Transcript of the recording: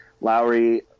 Lowry